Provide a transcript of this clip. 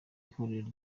ihuriro